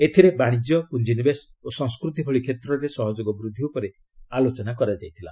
ଏଥିରେ ବାଣିଜ୍ୟ ପୁଞ୍ଜିନିବେଶ ଓ ସଂସ୍କୃତି ଭଳି କ୍ଷେତ୍ରରେ ସହଯୋଗ ବୃଦ୍ଧି ଉପରେ ଆଲୋଚନା କରାଯାଇଥିଲା